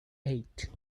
eight